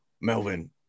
Melvin